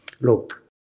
look